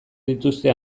dituzte